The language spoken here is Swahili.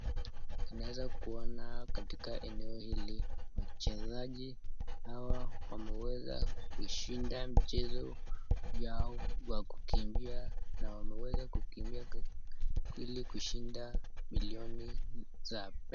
Tunaeza kuona katika eneo hili, wachezaji hawa, wameeza kuishinda, mchezo, yao, ya kukimbia, na wameweza kukimbia ku, ili kushinda, milioni sa.